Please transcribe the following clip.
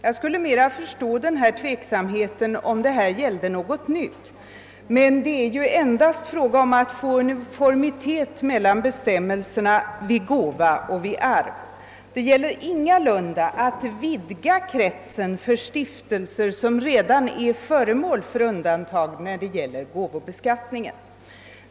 Jag skulle bättre förstå tveksamheten, om det gällde någonting nytt, men det är endast fråga om att åstadkomma uniformitet mellan bestämmelserna för gåva och bestämmelserna för arv. Det gäller ingalunda att vidga kretsen av stiftelser som redan är föremål för undantag vid gåvobeskattningen.